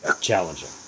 challenging